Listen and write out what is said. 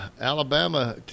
Alabama